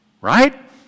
Right